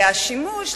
והשימוש,